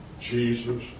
Jesus